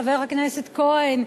חבר הכנסת כהן,